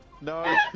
No